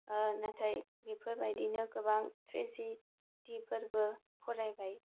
नाथाय बेफोरबायदिनो गोबां ट्रेजेदिफोरबो फरायबाय